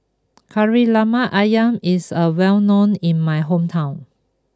Kari Lemak Ayam is a well known in my hometown